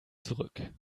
zurück